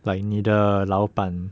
like 你的老板